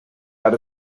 out